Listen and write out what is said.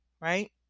right